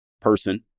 person